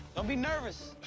don't be nervous.